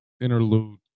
interlude